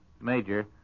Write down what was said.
major